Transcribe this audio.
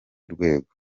rwego